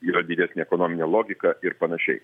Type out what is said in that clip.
yra didesnė ekonominė logika ir panašiai